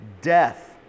death